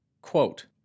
Quote